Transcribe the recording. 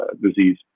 disease